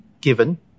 given